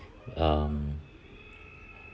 um